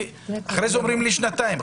אחר כך אומרים לי שנתיים,